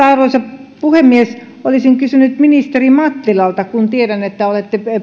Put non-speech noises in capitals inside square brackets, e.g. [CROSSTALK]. [UNINTELLIGIBLE] arvoisa puhemies olisin kysynyt ministeri mattilalta kun tiedän että olette